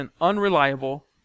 unreliable